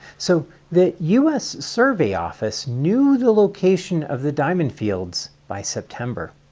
so the u s. survey office knew the location of the diamond fields by september.